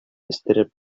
өстерәп